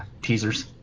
Teasers